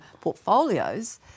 portfolios